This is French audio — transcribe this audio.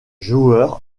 joueur